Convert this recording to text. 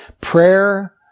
prayer